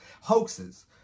hoaxes